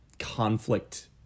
Conflict